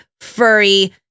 furry